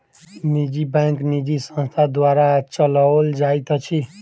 निजी बैंक निजी संस्था द्वारा चलौल जाइत अछि